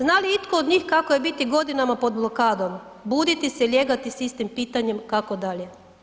Zna li itko od njih kako je biti godinama pod blokadom, buditi se i lijegati s istim pitanjem kako dalje?